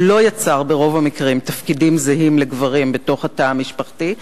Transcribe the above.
הוא לא יצר ברוב המקרים תפקידים זהים לגברים בתוך התא המשפחתי,